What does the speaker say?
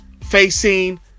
facing